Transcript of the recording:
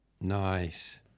Nice